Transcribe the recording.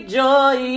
joy